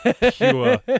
pure